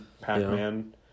Pac-Man